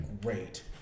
great